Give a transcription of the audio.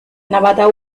navata